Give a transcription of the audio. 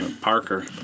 Parker